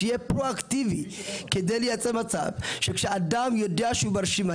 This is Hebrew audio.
שיהיה פרואקטיבי כדי לייצר מצב שכשאדם יודע שהוא ברשימה,